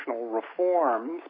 reforms